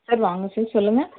sir வாங்க sir சொல்லுங்க